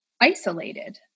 Isolated